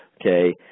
okay